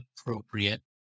appropriate